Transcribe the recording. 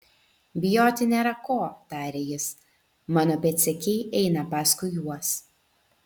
bijoti nėra ko tarė jis mano pėdsekiai eina paskui juos